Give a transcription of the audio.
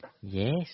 Yes